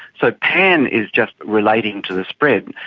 so pan is just relating to the spread.